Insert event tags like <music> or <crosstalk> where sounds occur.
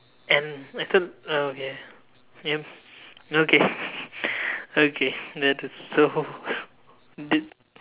and I thought oh okay yup okay <laughs> okay noted so this